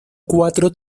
cuatro